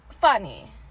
funny